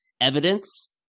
evidence